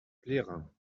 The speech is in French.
plérin